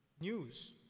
news